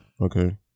Okay